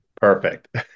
perfect